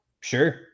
Sure